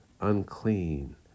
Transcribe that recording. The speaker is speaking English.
unclean